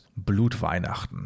Blutweihnachten